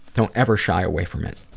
don't ever shy away from it.